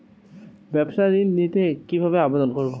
ব্যাবসা ঋণ নিতে কিভাবে আবেদন করব?